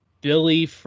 Billy